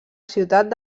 ciutat